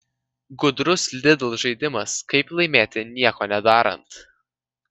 gudrus lidl žaidimas kaip laimėti nieko nedarant